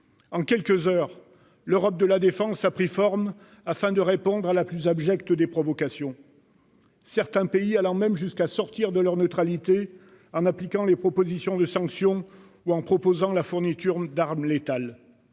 En quelques heures, l'Europe de la défense a pris forme afin de répondre à la plus abjecte des provocations, certains pays allant même jusqu'à sortir de leur neutralité en appliquant les propositions de sanctions ou en proposant la fourniture d'armes létales.